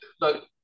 Look